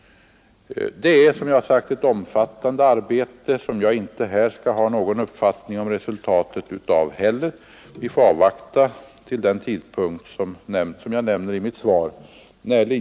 Det är, som jag har sagt, ett omfattande arbete, vars resultat jag inte heller kan ha någon uppfattning om i dag. Vi får avvakta till den tidpunkt som jag nämner i mitt svar.